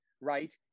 right